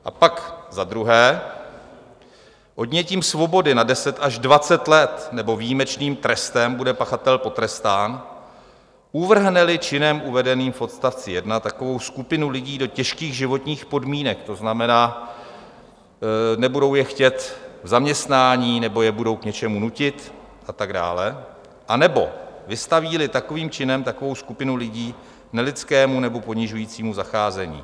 A pak za druhé: Odnětím svobody na deset až dvacet let nebo výjimečným trestem bude pachatel potrestán, uvrhneli činem uvedeným v odst. 1 takovou skupinu lidí do těžkých životních podmínek, to znamená, nebudou je chtít v zaměstnání nebo je budou k něčemu nutit a tak dále, anebo vystavíli takovým činem takovou skupinu lidí nelidskému nebo ponižujícímu zacházení.